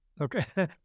Okay